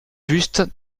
juste